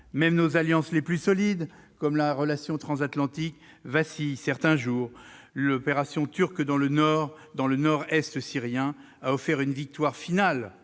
Même nos alliances les plus solides, comme la relation transatlantique, vacillent certains jours. L'opération turque dans le nord-est syrien a offert une victoire finale